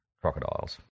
crocodiles